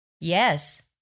yes